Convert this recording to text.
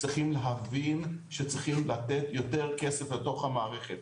צריכים להבין שצריך לתת יותר כסף לתוך המערכת.